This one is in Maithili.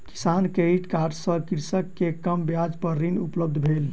किसान क्रेडिट कार्ड सँ कृषक के कम ब्याज पर ऋण उपलब्ध भेल